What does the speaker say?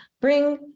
bring